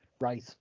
Right